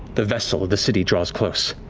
the vessel, the city draws close.